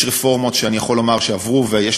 יש רפורמות שאני יכול לומר שעברו ויש